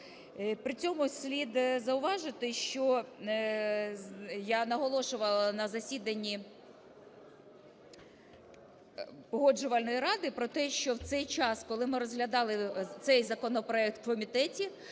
При цьому слід зауважити, я наголошувала на засіданні Погоджувальної ради про те, що в цей час, коли ми розглядали цей законопроект в комітеті,